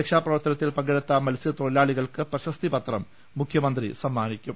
രക്ഷാപ്രവർത്തനത്തിൽ പങ്കെ ടുത്ത മത്സൃത്തൊഴിലാളികൾക്ക് പ്രശ്സ്തിപത്രം മുഖൃമന്ത്രി സമ്മാനിക്കും